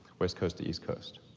west coast to east coast.